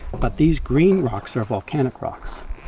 but these green rocks are volcanic rocks,